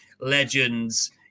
legends